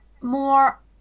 more